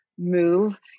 Move